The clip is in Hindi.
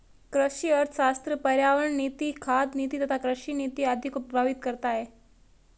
कृषि अर्थशास्त्र पर्यावरण नीति, खाद्य नीति तथा कृषि नीति आदि को प्रभावित करता है